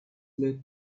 led